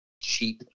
cheap